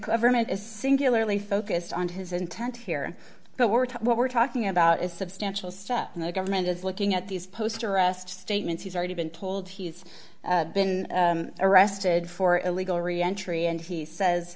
covenant is singularly focused on his intent here but we're talking what we're talking about is substantial stuff and the government is looking at these post arrest statements he's already been told he's been arrested for illegal re entry and he says